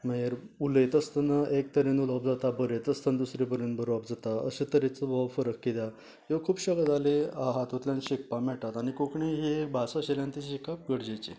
मागीर उलयतासताना एक तरेन उलोवप जाता बरयतासताना दुसरे परेन बरोवप जाता अशें तरेचो वो फरक कित्याक ह्यो खुबश्यो गजाली हातुंतल्यान शिकपाक मेळटात आनी कोंकणी ही एक भास आशिल्ल्यान तें शिकप गरजेचें